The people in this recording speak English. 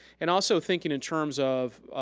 and also thinking in terms of